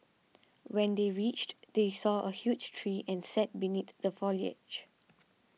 when they reached they saw a huge tree and sat beneath the foliage